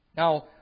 Now